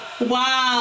Wow